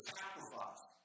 sacrifice